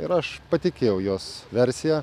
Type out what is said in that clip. ir aš patikėjau jos versija